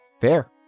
Fair